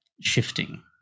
shifting